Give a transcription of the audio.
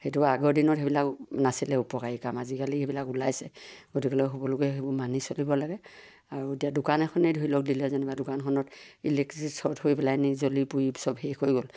সেইটো আগৰ দিনত সেইবিলাক নাছিলে উপকাৰী কাম আজিকালি সেইবিলাক ওলাইছে গতিকেলৈ সকলোকে সেইবোৰ মানি চলিব লাগে আৰু এতিয়া দোকান এখনেই ধৰি লওক দিলে যেনিবা দোকানখনত ইলেক্ট্ৰিক শ্বক হৈ পেলাই নি জ্বলি পুৰি চব শেষ হৈ গ'ল